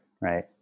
right